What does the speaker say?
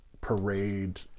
parade